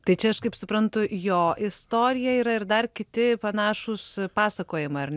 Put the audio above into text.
tai čia aš kaip suprantu jo istorija yra ir dar kiti panašūs pasakojimai ar ne